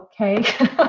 okay